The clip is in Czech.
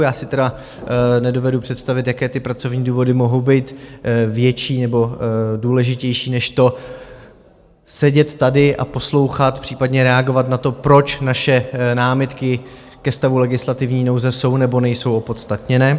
Já si tedy nedovedu představit, jaké ty pracovní důvody mohou být větší nebo důležitější než sedět tady a poslouchat, případně reagovat na to, proč naše námitky ke stavu legislativní nouze jsou nebo nejsou opodstatněné.